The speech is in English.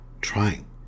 trying